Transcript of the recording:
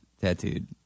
tattooed